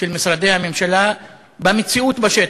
של משרדי הממשלה, במציאות בשטח.